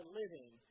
living